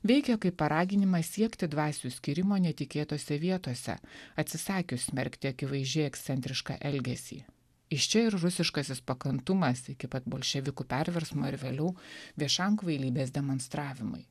veikė kaip paraginimas siekti dvasių skyrimo netikėtose vietose atsisakius smerkti akivaizdžiai ekscentrišką elgesį iš čia ir rusiškasis pakantumas iki pat bolševikų perversmo ir vėliau viešam kvailybės demonstravimui